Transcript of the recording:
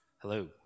Hello